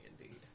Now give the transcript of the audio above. indeed